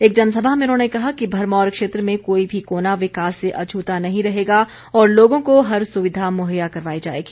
एक जनसभा में उन्होंने कहा कि भरमौर क्षेत्र में कोई भी कोना विकास से अछूता नहीं रहेगा और लोगों को हर सुविधा मुहैया करवाई जाएगी